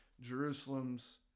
Jerusalem's